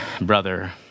brother